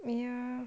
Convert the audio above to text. ya